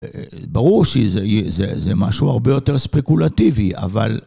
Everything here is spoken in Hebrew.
ברור שזה משהו הרבה יותר ספקולטיבי, אבל...